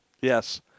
Yes